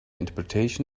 interpretation